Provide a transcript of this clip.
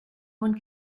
one